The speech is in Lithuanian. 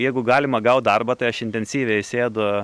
jeigu galima gaut darbą tai aš intensyviai sėdu